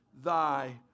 thy